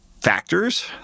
factors